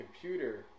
computer